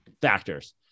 factors